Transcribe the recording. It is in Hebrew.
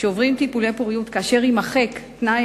שעוברים טיפולי פוריות כאשר יימחק תנאי